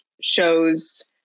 shows